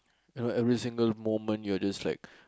you know every single moment you're just like